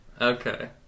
Okay